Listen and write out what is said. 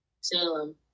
Salem